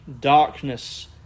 darkness